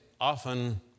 often